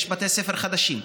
יש בתי ספר חדשים.